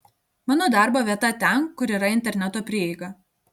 mano darbo vieta ten kur yra interneto prieiga